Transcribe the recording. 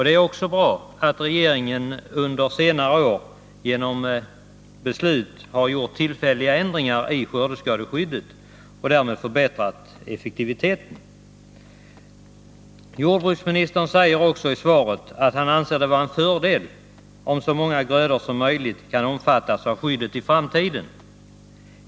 Det är också bra att regeringen under senare år har beslutat om tillfälliga ändringar av skördeskadeskyddet och därmed förbättrat effektiviteten. Jordbruksministern säger i svaret också att han anser det vara en fördel, om så många grödor som möjligt kan omfattas av skyddet i framtiden.